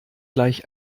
gleich